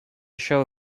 show